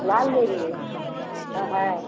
लाल लेंगे हाँ है